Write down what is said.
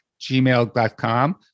gmail.com